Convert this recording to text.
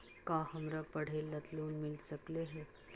का हमरा पढ़े ल लोन मिल सकले हे?